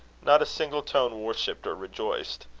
not a single tone worshipped or rejoiced.